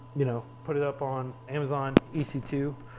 you know put it up on amazon e c two,